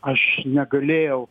aš negalėjau